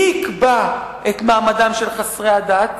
מי יקבע את מעמדם של חסרי הדת?